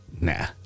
nah